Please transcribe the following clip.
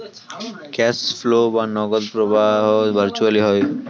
cash flow বা নগদ প্রবাহ ভার্চুয়ালি হয়